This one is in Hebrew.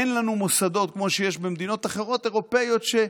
אין לנו מוסדות כמו שיש במדינות אירופיות אחרות,